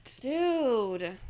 Dude